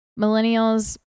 millennials